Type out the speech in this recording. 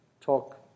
talk